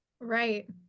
Right